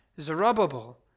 Zerubbabel